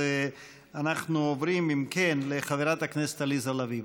אם כן, אנחנו עוברים לחברת הכנסת עליזה לביא.